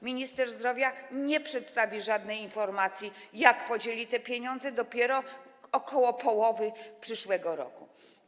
Minister zdrowia nie przedstawi żadnej informacji, jak podzieli te pieniądze, dopiero około połowy przyszłego roku.